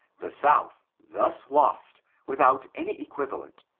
the south thus lost, without any equivalent,